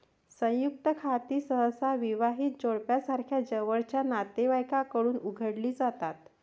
संयुक्त खाती सहसा विवाहित जोडप्यासारख्या जवळच्या नातेवाईकांकडून उघडली जातात